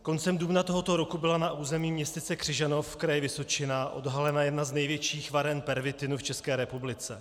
Koncem dubna tohoto roku byla na území městyse Křižanov v kraji Vysočina odhalena jedna z největších varen pervitinu v České republice.